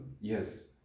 yes